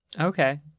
Okay